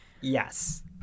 Yes